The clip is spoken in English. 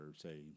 say